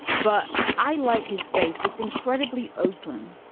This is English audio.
but i like his face. it's incredibly open.